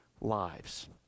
lives